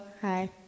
Hi